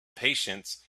patience